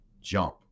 jump